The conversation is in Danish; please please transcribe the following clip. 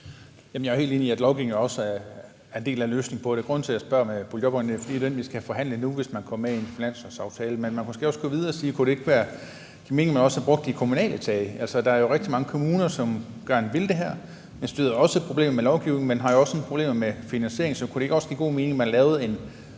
Jeg er helt enig i, at lovgivningen også er en del af løsningen på det. Grunden til, at jeg spørger til boligjobordningen, er, at det er den, vi skal forhandle nu, hvis man går med i en finanslovsaftale. Men man kunne måske også gå videre og se på, om det ikke kunne give mening, at man også havde brugt de kommunale tage. Altså, der er jo rigtig mange kommuner, som gerne vil det her. Jeg støder også på problemer med lovgivningen, men man har jo også nogle problemer med finansieringen, så kunne det ikke også give god mening, at man lavede en